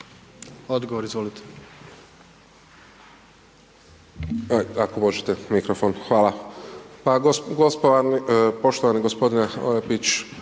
Marko (HDZ)** Ako možete mikrofon. Hvala. Pa poštovani gospodine Orepić,